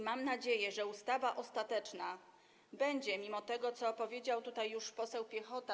Mam nadzieję, że ustawa ostateczna będzie, mimo tego, co powiedział tutaj poseł Piechota.